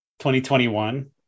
2021